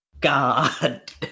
God